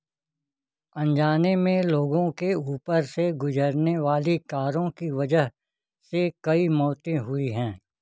अनजाने में लोगों के ऊपर से गुजरने वाली कारों की वजह से कई मौतें हुई हैं